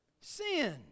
Sin